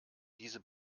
diese